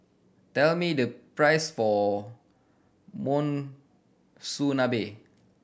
tell me the price for Monsunabe